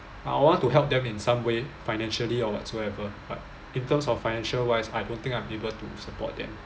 I want to help them in some way financially or whatsoever but in terms of financial wise I don't think I'm able to support them